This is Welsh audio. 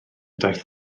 daeth